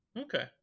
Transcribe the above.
Okay